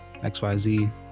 xyz